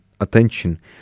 attention